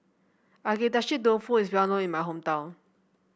Agedashi Dofu is well known in my hometown